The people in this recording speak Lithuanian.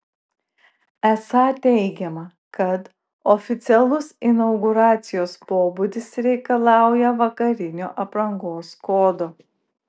esą teigiama kad oficialus inauguracijos pobūdis reikalauja vakarinio aprangos kodo